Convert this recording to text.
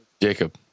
Jacob